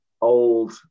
old